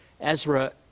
Ezra